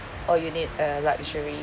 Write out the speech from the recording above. or you need a luxury